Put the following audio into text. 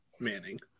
Manning